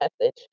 message